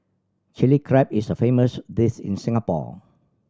Chilli Crab is a famous dish in Singapore